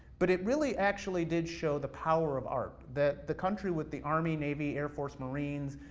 but it really actually did show the power of art. that the country with the army, navy, air force, marines,